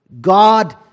God